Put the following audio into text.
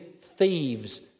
thieves